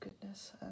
goodness